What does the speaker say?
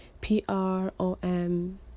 P-R-O-M